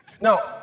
Now